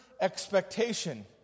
expectation